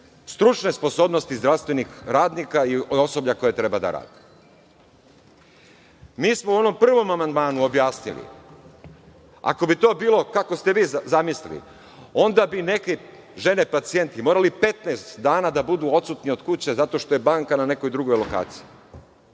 stručne sposobnosti zdravstvenih radnika i osoblja koje treba da radi. Mi smo u onom prvom amandmanu objasnili, ako bi to bilo kako ste vi zamislili, onda bi neke žene pacijenti morale 15 dana da budu odsutne od kuće zato što je banka na nekoj drugoj lokaciji.